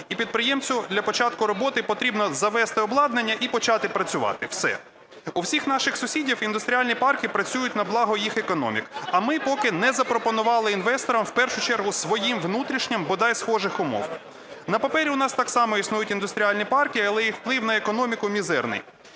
і підприємцю для початку роботи потрібно завезти обладнання і почати працювати, все. У всіх наших сусідів індустріальні парки працюють на благо їх економік. А ми поки не запропонували інвесторам, в першу чергу своїм внутрішнім, бодай схожих умов. На папері у нас так само існують індустріальні парки, але їх вплив на економіку мізерний.